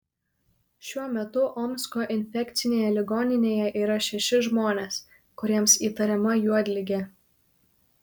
šiuo metu omsko infekcinėje ligoninėje yra šeši žmonės kuriems įtariama juodligė